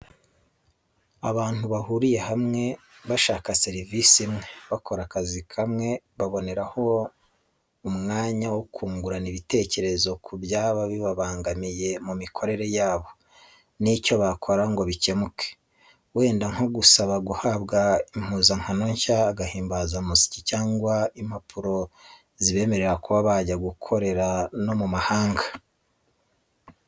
Abantu bahuriye hamwe bashaka serivisi imwe, bakora akazi kamwe, baboneraho umwanya wo kungurana ibitekerezo ku byaba bibabangamiye mu mikorere yabo n'icyo bakora ngo bikemuke, wenda nko gusaba guhabwa impuzankano nshya, agahimbazamusyi cyangwa impapuro zibemerera kuba bajya gukorera no mu mahanga.